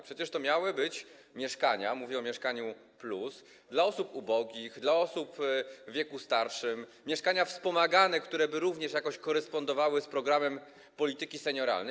Przecież to miały być mieszkania, mówię o „Mieszkaniu+”, dla osób ubogich, dla osób w wieku starszym, mieszkania wspomagane, które by również jakoś korespondowały z programem polityki senioralnej.